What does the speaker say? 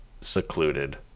secluded